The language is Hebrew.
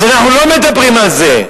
אז אנחנו לא מדברים על זה.